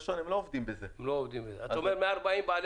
פרסום, שיווק, יידוע.